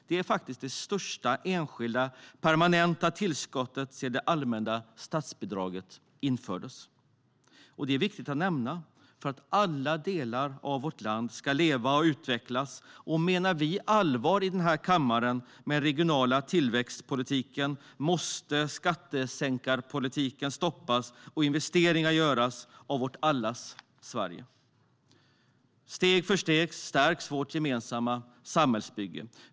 Det är faktiskt det största enskilda, permanenta tillskottet sedan det allmänna statsbidraget infördes. Detta är viktigt att nämna, för alla delar av vårt land ska leva och utvecklas, och menar vi allvar med den regionala tillväxtpolitiken måste skattesänkarpolitiken stoppas och investeringar göras av allas vårt Sverige. Steg för steg stärks vårt gemensamma samhällsbygge.